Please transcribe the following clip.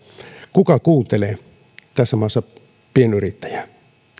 kuka kuuntelee tässä maassa pienyrittäjää